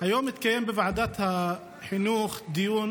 היום התקיים בוועדת החינוך דיון